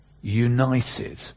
united